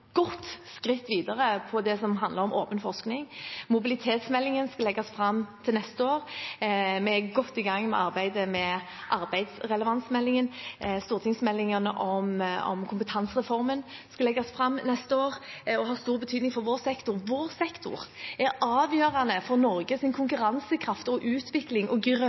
godt skritt videre på det som handler om åpen forskning. Mobilitetsmeldingen skal legges fram til neste år. Vi er godt i gang med arbeidet med arbeidsrelevansmeldingen. Stortingsmeldingen om kompetansereformen skal legges fram neste år og har stor betydning for vår sektor. Vår sektor er avgjørende for Norges konkurransekraft og utvikling og